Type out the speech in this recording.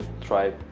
try